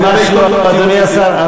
ממש לא, אדוני השר.